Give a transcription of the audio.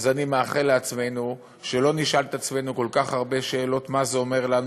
אז אני מאחל לעצמנו שלא נשאל את עצמנו כל כך הרבה שאלות מה זה אומר לנו,